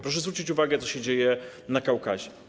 Proszę zwrócić uwagę, co się dzieje na Kaukazie.